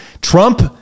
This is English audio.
Trump